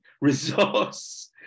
resource